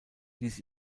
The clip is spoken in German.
ließ